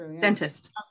Dentist